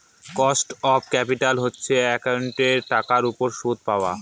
cost of capital হচ্ছে একাউন্টিঙের টাকার উপর সুদ পাওয়া